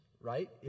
right